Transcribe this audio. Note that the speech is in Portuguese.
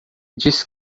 disse